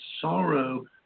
sorrow